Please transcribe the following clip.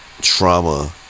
trauma